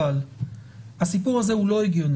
אבל הסיפור הזה הוא לא הגיוני,